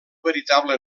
veritable